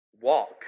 Walk